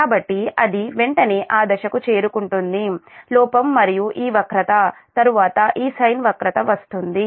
కాబట్టి అది వెంటనే ఆ దశకు చేరుకుంటుంది లోపం మరియు ఈ వక్రత తరువాత ఈ సైన్ వక్రత వస్తుంది